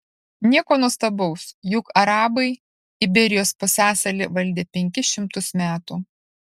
nieko nuostabaus juk arabai iberijos pusiasalį valdė penkis šimtus metų